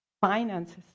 finances